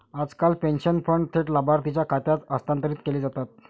आजकाल pension fund थेट लाभार्थीच्या खात्यात हस्तांतरित केले जातात